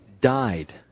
died